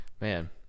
Man